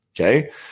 Okay